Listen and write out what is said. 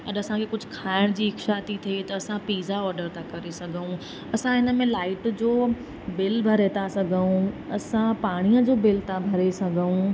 अॼु असांखे कुझु खाइण जी इच्छा थी थिए त असां पिज़्ज़ा ऑडर था करे सघूं असां इन में लाइट जो बिल भरे था सघूं असां पाणीअ जो बिल था भरे सघूं